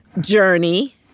journey